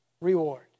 reward